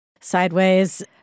sideways